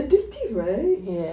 it's addictive right